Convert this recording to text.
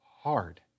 hard